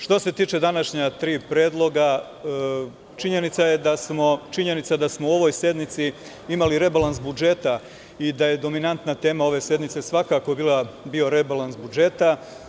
Što se tiče današnja tri predloga, činjenica je da smo u ovoj sednici imali rebalans budžeta i da je dominantna tema ove sednice svakako bio rebalans budžeta.